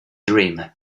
dream